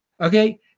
okay